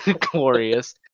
glorious